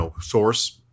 source